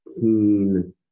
keen